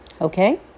okay